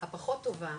הפחות טובה,